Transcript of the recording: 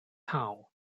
town